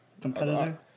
Competitor